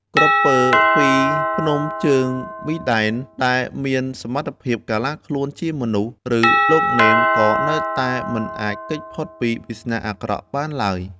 ក្រពើពីភ្នំជើងមីដែន ដែលមានសមត្ថភាពកាឡាខ្លួនជាមនុស្ស ឬលោកនេន ក៏នៅតែមិនអាចគេចផុតពីវាសនាអាក្រក់បានឡើយ។